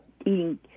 eating